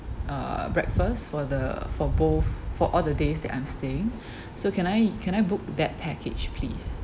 uh breakfast for the for both for all the days that I'm staying so can I can I book that package please